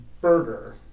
burger